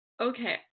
Okay